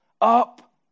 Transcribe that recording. up